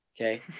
okay